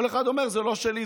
כל אחד אומר: זה לא שלי,